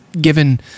given